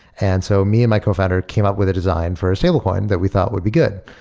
and so me and my cofounder came up with a design for a stablecoin that we thought would be good,